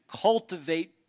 cultivate